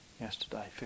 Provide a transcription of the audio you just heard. yesterday